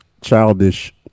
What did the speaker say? childish